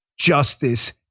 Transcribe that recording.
justice